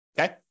Okay